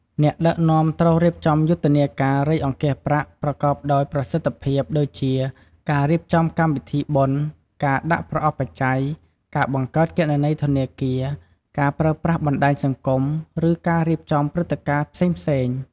អ្នកដឹកនាំត្រូវរៀបចំយុទ្ធនាការរៃអង្គាសប្រាក់ប្រកបដោយប្រសិទ្ធភាព ដូចជា ការរៀបចំកម្មវិធីបុណ្យ ការដាក់ប្រអប់បច្ច័យ ការបង្កើតគណនីធនាគារ ការប្រើប្រាស់បណ្ដាញសង្គម ឬការរៀបចំព្រឹត្តិការណ៍ផ្សេងៗ។